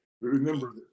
remember